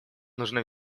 нужно